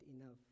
enough